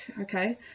okay